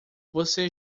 você